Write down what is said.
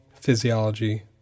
physiology